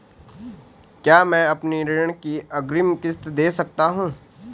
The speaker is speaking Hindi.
क्या मैं अपनी ऋण की अग्रिम किश्त दें सकता हूँ?